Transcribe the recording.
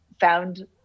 found